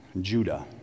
Judah